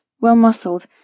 well-muscled